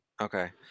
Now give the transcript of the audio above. Okay